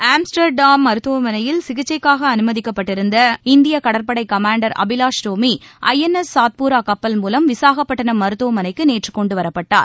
Amsterdam மருத்துவமனையில் சிகிச்சைக்காக அனுமதிக்கப்பட்டிருந்த இந்திய கடற்படை commander Abhilash Tomy I N S Satpura கப்பல் மூலம் விசுகப்பட்டினம் மருத்துவமனைக்கு நேற்று கொண்டுவரப்பட்டார்